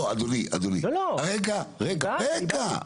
לא, לא --- רגע, רגע.